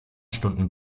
stunden